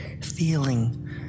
feeling